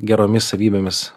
geromis savybėmis